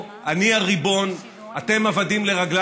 אני פה, אני הריבון, אתם עבדים לרגליי.